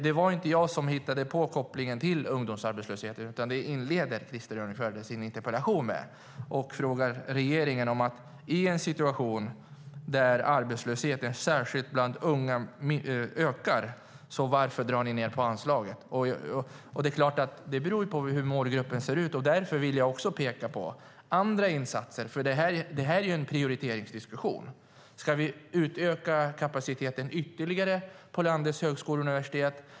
Det var inte jag som hittade på kopplingen till ungdomsarbetslösheten. Krister Örnfjäder inleder sin interpellation med det och frågar regeringen varför man drar ned på anslaget i en situation där arbetslösheten, särskilt bland unga, ökar. Det är klart att det beror på hur målgruppen ser ut. Därför vill jag också peka på andra insatser, för det här är en prioriteringsdiskussion. Ska vi utöka kapaciteten ytterligare på landets högskolor och universitet?